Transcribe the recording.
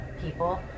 people